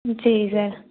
ம் சரி சார்